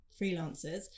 freelancers